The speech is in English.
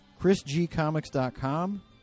ChrisGComics.com